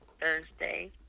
Thursday